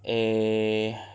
eh